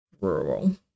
rural